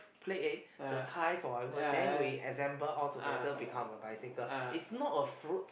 play it the tyres or whatever then we assemble all together become a bicycle it's not a fruit